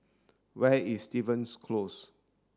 where is Stevens Close